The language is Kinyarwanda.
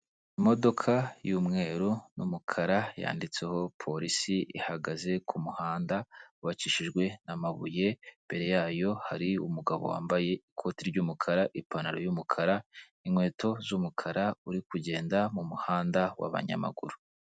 Imodoka y'umweru n'umukara yanditseho police ihagaze ku muhanda wubakishijwe n'amabuye, imbere yayo hari umugabo wambaye ikoti ry'umukara, ipantaro y'umukara inkweto z'umukara uri kugenda mu muhanda w'abanyamaguru.